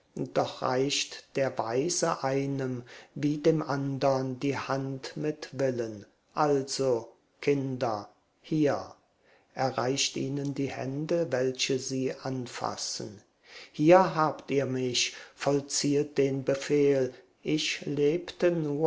doch reicht der weise einem wie dem andern die hand mit willen also kinder hier er reicht ihnen die hände welche sie anfassen hier habt ihr mich vollziehet den befehl ich lebte